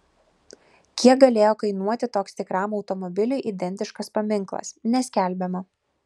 kiek galėjo kainuoti toks tikram automobiliui identiškas paminklas neskelbiama